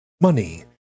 money